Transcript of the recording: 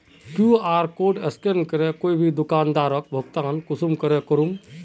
QR code scan करे कोई भी दुकानदारोक भुगतान कुंसम करे करूम?